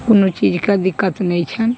कोनो चीजके दिक्कत नहि छनि